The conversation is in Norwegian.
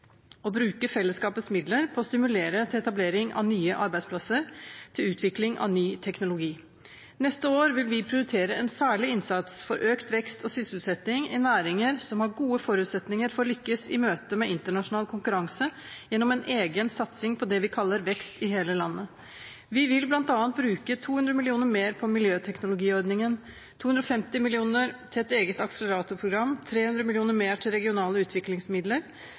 å bruke fellesskapets midler på å stimulere til etablering av nye arbeidsplasser og til utvikling av ny teknologi. Neste år vil vi prioritere en særlig innsats for økt vekst og sysselsetting i næringer som har gode forutsetninger for å lykkes i møtet med internasjonal konkurranse, gjennom en egen satsing på det vi kaller vekst i hele landet. Vi vil bl.a. bruke 200 mill. kr mer på miljøteknologiordningen, 250 mill. kr mer til et eget akseleratorprogram, 300 mill. kr mer til regionale utviklingsmidler,